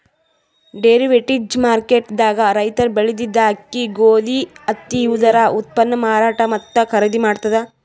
derivatives market ದಾಗ್ ರೈತರ್ ಬೆಳೆದಿದ್ದ ಅಕ್ಕಿ ಗೋಧಿ ಹತ್ತಿ ಇವುದರ ಉತ್ಪನ್ನ್ ಮಾರಾಟ್ ಮತ್ತ್ ಖರೀದಿ ಮಾಡ್ತದ್